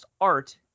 art